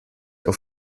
auf